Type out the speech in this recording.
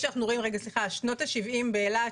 שנות ה-70 באילת,